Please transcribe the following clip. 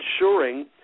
ensuring